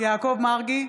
יעקב מרגי,